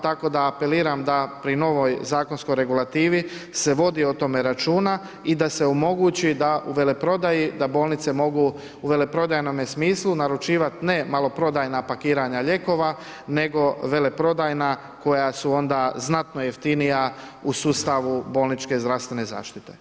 Tako da apeliram da pri novoj zakonskoj regulativi se vodi o tome računa i da se omogući da u veleprodaji da bolnice mogu u veleprodajnome smislu naručivati ne maloprodajna pakiranja lijekova nego veleprodajna koja su onda znatno jeftinija u sustavu bolničke zdravstvene zaštite.